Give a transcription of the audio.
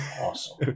Awesome